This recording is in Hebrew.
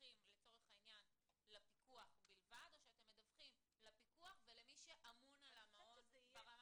מדווחים לפיקוח בלבד או מדווחים לפיקוח ולמי שאמון על המעון?